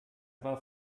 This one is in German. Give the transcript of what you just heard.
war